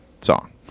song